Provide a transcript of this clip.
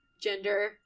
gender